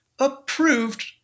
approved